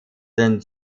den